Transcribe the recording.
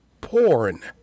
porn